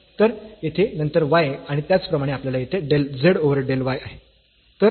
तर येथे नंतर y आणि त्याचप्रमाणे आपल्याकडे येथे del z over del y आहे